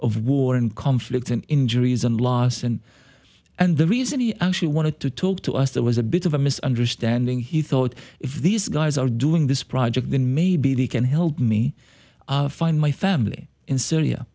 of war and conflict and injuries and loss and and the reason he actually wanted to talk to us there was a bit of a misunderstanding he thought if these guys are doing this project then maybe they can help me find my family in syria